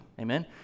amen